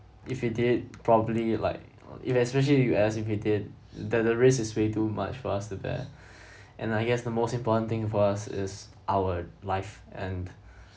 if it did probably like uh if you especially you ask if you did that the risk is way too much for us to bear and I guess the most important thing for us is our life and